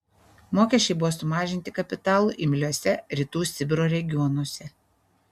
mokesčiai buvo sumažinti kapitalui imliuose rytų sibiro regionuose